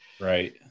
Right